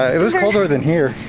it was colder than here.